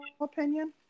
opinion